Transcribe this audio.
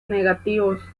negativos